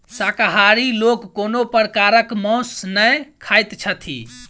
शाकाहारी लोक कोनो प्रकारक मौंस नै खाइत छथि